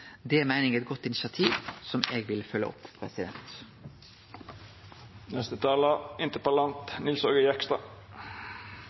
Det meiner eg er eit godt initiativ, som eg vil følgje opp.